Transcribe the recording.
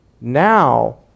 now